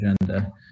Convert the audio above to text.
agenda